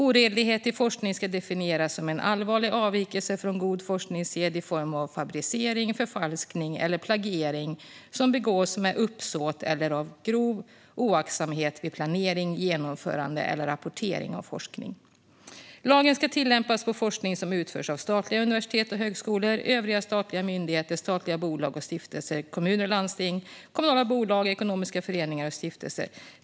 Oredlighet i forskning ska definieras som en allvarlig avvikelse från god forskningssed i form av fabricering, förfalskning eller plagiering som begås med uppsåt eller av grov oaktsamhet vid planering, genomförande eller rapportering av forskning. Lagen ska tillämpas på forskning som utförs av statliga universitet och högskolor, övriga statliga myndigheter, statliga bolag och stiftelser, kommuner och landsting, kommunala bolag, ekonomiska föreningar och stiftelser.